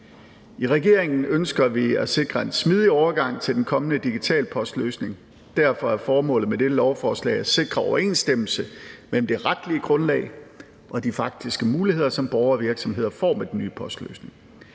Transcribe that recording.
I regeringen ønsker vi at sikre en smidig overgang til den kommende digitale postløsning. Derfor er formålet med dette lovforslag at sikre overensstemmelse mellem det retlige grundlag og de faktiske muligheder, som borgere og virksomheder får med den nye postløsning.